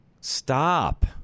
Stop